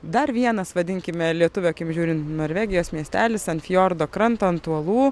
dar vienas vadinkime lietuvio akim žiūrint norvegijos miestelis ant fiordo kranto ant uolų